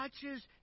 touches